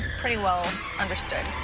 pretty well understood.